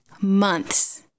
months